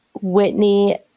Whitney